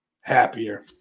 happier